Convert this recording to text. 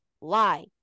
lie